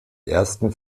ersten